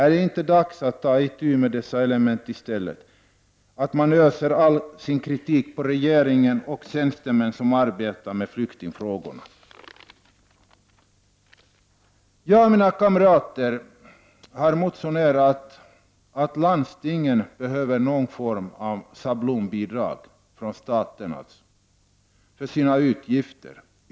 Är det inte dags att ta itu med dessa element i stället för att bara ösa all kritik över regeringen och de tjänstemän som arbetar med flyktingfrågorna? Jag och mina partikamrater i riksdagen har motionerat om att landstingen behöver någon form av schablonbidrag från staten för att täcka sina utgifter.